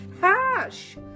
hash